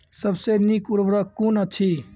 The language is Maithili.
सबसे नीक उर्वरक कून अछि?